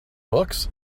books